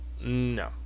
No